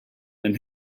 then